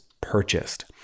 purchased